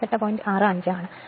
65 ആണ്